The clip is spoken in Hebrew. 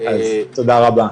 אז תודה רבה.